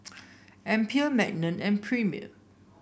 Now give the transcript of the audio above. Alpen Magnum and Premier